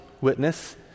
witness